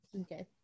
Okay